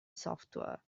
software